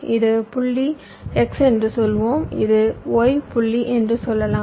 இது புள்ளி x என்று சொல்வோம் இது y புள்ளி என்று சொல்லலாம்